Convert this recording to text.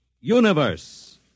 Universe